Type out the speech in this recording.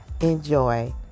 Enjoy